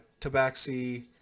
tabaxi